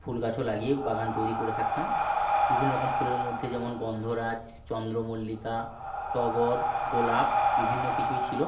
ফুল গাছও লাগিয়ে বাগান তৈরি করে থাকতাম বিভিন্ন রকম ফুলের মধ্যে যেমন গন্ধরাজ চন্দ্রমল্লিকা টগর গোলাপ বিভিন্ন কিছুই ছিল